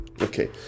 okay